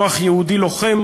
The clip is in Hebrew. כוח יהודי לוחם,